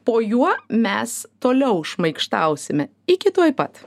po juo mes toliau šmaikštausime iki tuoj pat